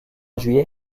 juillet